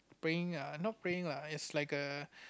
praying ah not praying lah it's like a